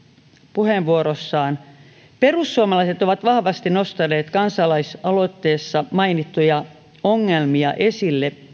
puheenvuorossaan perussuomalaiset ovat vahvasti nostaneet kansalaisaloitteessa mainittuja ongelmia esille